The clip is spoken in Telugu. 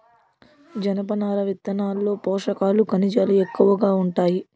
జనపనార విత్తనాల్లో పోషకాలు, ఖనిజాలు ఎక్కువగా ఉంటాయి